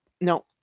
no